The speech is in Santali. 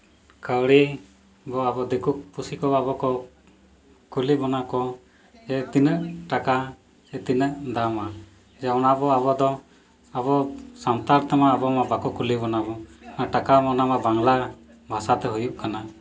ᱠᱟᱹᱣᱲᱤ ᱵᱚ ᱟᱵᱚ ᱫᱤᱠᱩ ᱯᱩᱥᱤ ᱠᱚ ᱟᱵᱚᱠᱚ ᱠᱩᱞᱤ ᱵᱚᱱᱟ ᱠᱚ ᱡᱮ ᱛᱤᱱᱟᱹᱜ ᱴᱟᱠᱟ ᱥᱮ ᱛᱤᱱᱟᱜ ᱫᱟᱢᱟ ᱡᱮ ᱚᱱᱟ ᱟᱵᱚᱫᱚ ᱟᱵᱚ ᱥᱟᱱᱛᱟᱲ ᱛᱮᱢᱟ ᱟᱵᱚᱢᱟ ᱵᱟᱠᱚ ᱠᱩᱞᱤ ᱵᱚᱱᱟ ᱵᱚ ᱚᱱᱟ ᱴᱟᱠᱟ ᱚᱱᱟᱢᱟ ᱵᱟᱝᱞᱟ ᱵᱷᱟᱥᱟᱛᱮ ᱦᱩᱭᱩᱜ ᱠᱟᱱᱟ